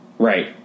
Right